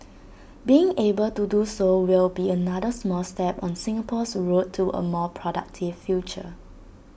being able to do so will be another small step on Singapore's road to A more productive future